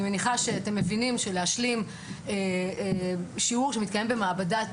אני מניחה שאתם מבינים שלהשלים שיעור שמתקיים במעבדת